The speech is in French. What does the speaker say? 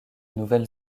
nouvelle